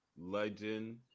legend